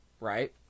right